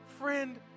friend